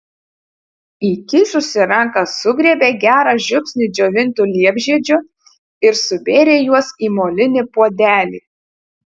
įkišusi ranką sugriebė gerą žiupsnį džiovintų liepžiedžių ir subėrė juos į molinį puodelį